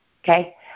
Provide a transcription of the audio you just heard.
Okay